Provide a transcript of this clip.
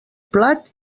plat